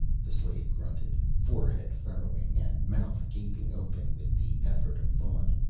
the slave grunted, forehead furrowing and mouth gaping open with the effort of thought.